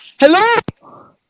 Hello